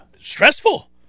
Stressful